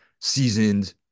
seasoned